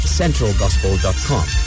centralgospel.com